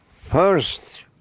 first